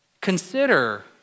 consider